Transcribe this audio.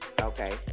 Okay